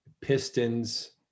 Pistons